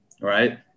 right